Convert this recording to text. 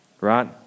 Right